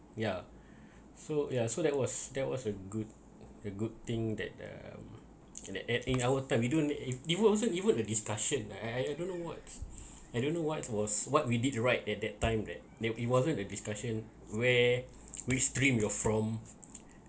ya so ya so that was that was a good a good thing that um in that eh in our time we don't even also even a discussion I I I don't know what's I don't know what was what we did right at that time that they it wasn't a discussion where we stream you're from